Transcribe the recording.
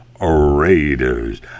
Raiders